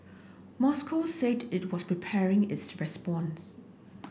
Moscow said it was preparing its response